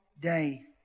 day